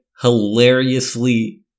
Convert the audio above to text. hilariously-